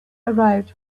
arrived